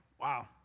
Wow